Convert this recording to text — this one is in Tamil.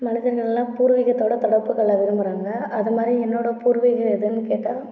மனிதர்கள்லா பூர்விகத்தோடு தொடர்புக்கொள்ள விரும்புகிறாங்க அத மாதிரி என்னோடய பூர்விகம் எதுன்னு கேட்டால்